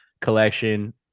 collection